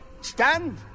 Stand